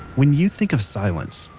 when you think of silence,